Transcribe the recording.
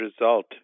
result